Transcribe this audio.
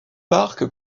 parc